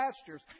pastures